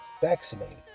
vaccinated